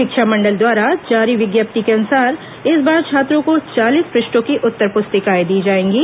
शिक्षा मंडल द्वारा जारी विज्ञप्ति के अनुसार इस बार छात्रों को चालीस पृष्टों की उत्तर पुस्तिकाएं दी जाएंगी